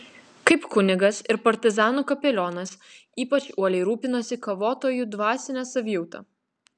kaip kunigas ir partizanų kapelionas ypač uoliai rūpinosi kovotojų dvasine savijauta